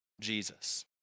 Jesus